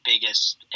biggest